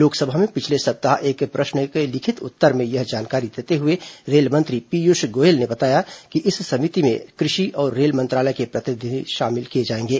लोकसभा में पिछले सप्ताह एक प्रश्न के लिखित उत्तर में यह जानकारी देते हुए रेल मंत्री पीयूष गोयल ने बताया कि इस समिति में कृषि और रेल मंत्रालय के प्रतिनिधि शामिल किए गए हैं